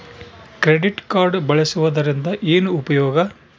Credit card ಬಳಸುವದರಿಂದ ಏನು ಉಪಯೋಗ?